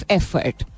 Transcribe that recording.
effort